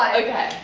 okay.